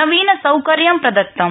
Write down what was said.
नवीन सौकर्य प्रदत्तम्